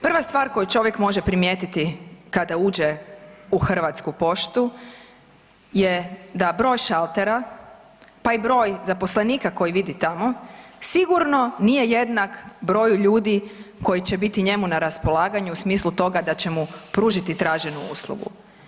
Prva stvar koju čovjek može primijetiti kada uđe u HP je da broj šaltera pa i broj zaposlenika koji vidi tamo sigurno nije jednak broju ljudi koji će biti njemu na raspolaganju u smislu toga da će mu pružiti traženu uslugu.